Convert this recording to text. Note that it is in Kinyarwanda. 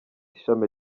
ishami